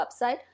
website